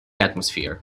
atmosphere